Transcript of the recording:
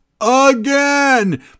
again